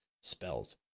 spells